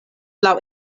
laŭ